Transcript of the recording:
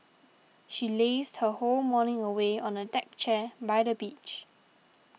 she lazed her whole morning away on a deck chair by the beach